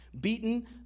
beaten